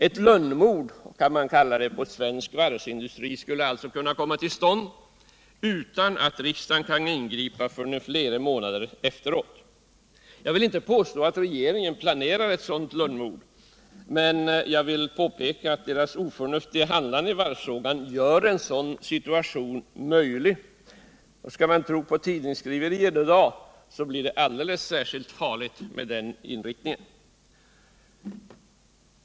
Ett lönnmord, kan man kalla det, på svensk varvsindustri skulle alltså kunna komma till stånd utan att riksdagen kan ingripa förrän flera månader efteråt. Jag vill inte påstå att regeringen planerar ett sådant lönnmord, men jag vill påpeka att dess oförnuftiga handlande i varvsfrågan gör en sådan situation möjlig. Skall man tro på tidningsskriverier i dag blir det alldeles särskilt farligt med den inriktningen.